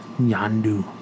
Yandu